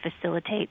facilitate